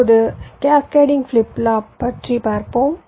இப்போது cascading flip flop பற்றி பார்ப்போம்